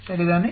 சரிதானே